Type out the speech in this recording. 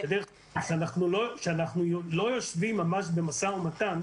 אנחנו לא יושבים ממש במשא ומתן.